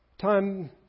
time